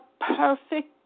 perfect